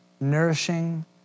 nourishing